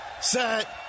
Set